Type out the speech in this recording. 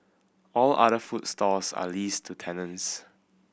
all other food stalls are leased to tenants